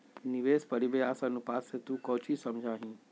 निवेश परिव्यास अनुपात से तू कौची समझा हीं?